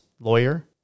lawyer